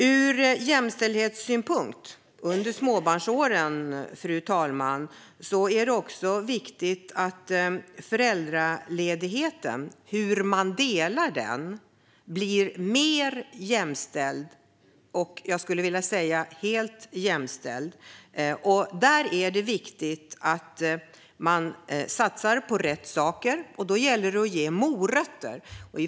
Ur jämställdhetssynpunkt, fru talman, är det viktigt att föräldraledigheten - och hur man delar den - blir mer jämställd och, skulle jag vilja säga, helt jämställd. Därför är det viktigt att satsa på rätt saker. Då gäller det att ge morötter.